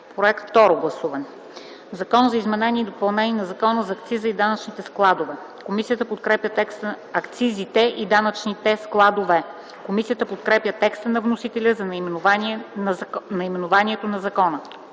10 юни 2010 г.” „Закон за изменение и допълнение на Закона за акцизите и данъчните складове.” Комисията подкрепя текста на вносителя за наименованието на закона.